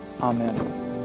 Amen